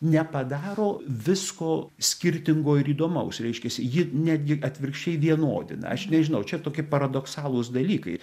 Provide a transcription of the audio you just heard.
nepadaro visko skirtingo ir įdomaus reiškiasi ji netgi atvirkščiai vienodina aš nežinau čia tokie paradoksalūs dalykai